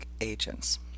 agents